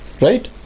Right